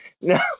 no